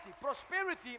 Prosperity